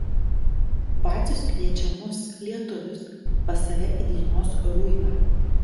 vacius kviečia mus lietuvius pas save į dienos ruimą